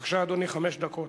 בבקשה, אדוני, חמש דקות.